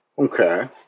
Okay